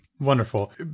wonderful